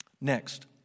Next